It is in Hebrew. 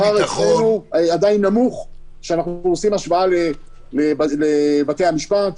השכר אצלנו עדיין נמוך כשאנחנו עושים השוואה לבתי המשפט,